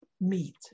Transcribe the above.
meet